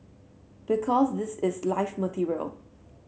because this is live material